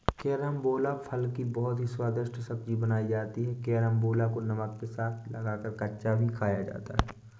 carambola फल की बहुत ही स्वादिष्ट सब्जी बनाई जाती है कैरमबोला को नमक के साथ लगाकर कच्चा भी खाया जाता है